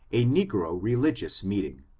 a negro religious meeting,